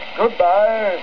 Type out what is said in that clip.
goodbye